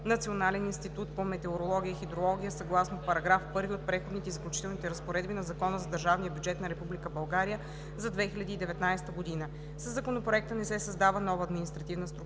Национален институт по метеорология и хидрология съгласно § 1 от Преходните и заключителните разпоредби на Закона за държавния бюджет на Република България за 2019 г. Със Законопроекта не се създава нова административна структура,